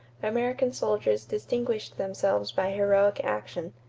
american soldiers distinguished themselves by heroic action.